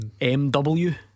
MW